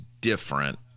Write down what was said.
different